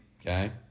okay